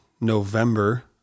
november